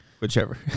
Whichever